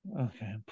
okay